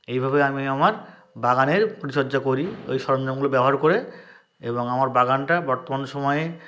এইভাবে আমি আমার বাগানের পরিচর্যা করি ওই সরঞ্জামগুলো ব্যবহার করে এবং আমার বাগানটা বর্তমান সময়ে